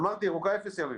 אמרתי, ירוקה אפס ימים.